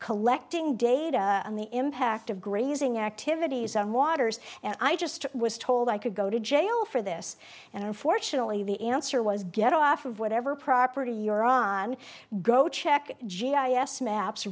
collecting data on the impact of grazing activities on waters and i just was told i could go to jail for this and unfortunately the answer was get off of whatever property you're on go check g i s maps